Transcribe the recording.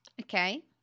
Okay